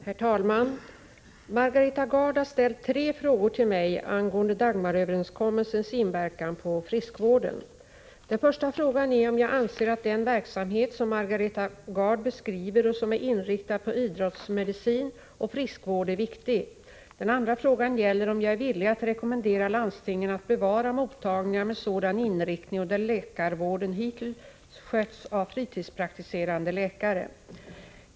Herr talman! Margareta Gard har ställt tre frågor till mig angående Dagmaröverenskommelsens inverkan på friskvården. Den första frågan är om jag anser att den verksamhet som Margareta Gard beskriver och som är inriktad på idrottsmedicin och friskvård är viktig. Den andra frågan gäller om jag är villig att rekommendera landstingen att bevara mottagningar som har sådan här inriktning och där läkarvården hittills skötts av fritidspraktiserande läkare.